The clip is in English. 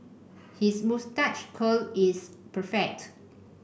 his moustache curl is perfect